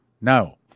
no